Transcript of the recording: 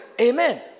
Amen